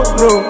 no